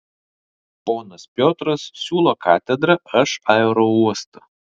ponas piotras siūlo katedrą aš aerouostą